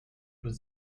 was